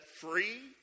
free